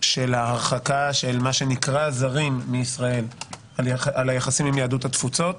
של ההרחקה של מה שנקרא זרים מישראל על היחסים עם יהדות התפוצות.